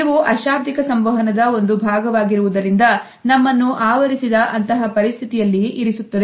ಇವು ಅಶಾಬ್ದಿಕ ಸಂವಹನದ ಒಂದು ಭಾಗವಾಗಿರುವುದರಿಂದ ನಮ್ಮನ್ನು ಆವರಿಸಿದ ಅಂತಹ ಪರಿಸ್ಥಿತಿಯಲ್ಲಿ ಇರಿಸುತ್ತದೆ